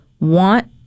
want